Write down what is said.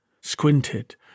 squinted